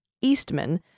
Eastman